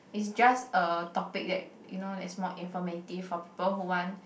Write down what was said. it's just a topic that you know that it's more informative for people who want